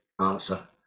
answer